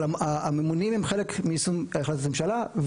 אבל הממונים הם חלק מיישום החלטת ממשלה.